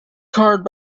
card